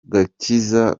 gakiza